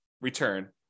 return